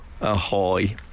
Ahoy